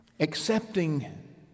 Accepting